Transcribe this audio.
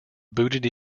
booted